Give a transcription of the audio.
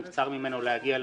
נבצר ממנו להגיע לדיון.